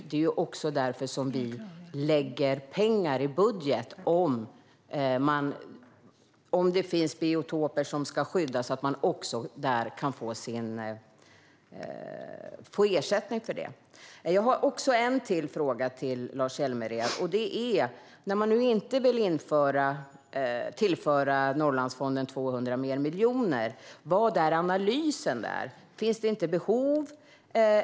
Det är därför som vi lägger pengar i budgeten så att det går att få ersättning om det finns biotoper som ska skyddas. Jag har ännu en fråga till Lars Hjälmered. Jag undrar vad analysen har visat när man nu inte vill tillföra Norrlandsfonden ytterligare 200 miljoner. Finns det inte behov?